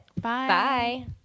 Bye